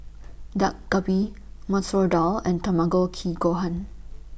Dak Galbi Masoor Dal and Tamago Kake Gohan